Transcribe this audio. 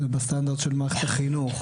הוא בסטנדרט של מערכת החינוך.